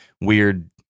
weird